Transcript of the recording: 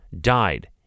died